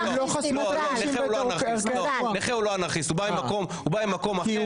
לא, נכה הוא לא אנרכיסט, הוא בא ממקום אחר.